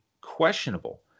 questionable